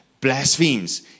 blasphemes